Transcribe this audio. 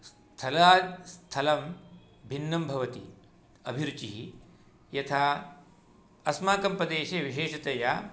स्थलात् स्थलं भिन्नं भवति अभिरुचिः यथा अस्माकं प्रदेशे विशेषतया